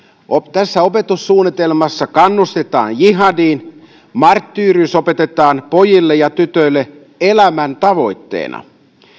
tässä opetussuunnitelmassa kannustetaan jihadiin marttyyrius opetetaan pojille ja tytöille elämäntavoitteena